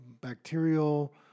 bacterial